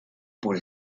por